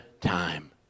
time